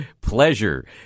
pleasure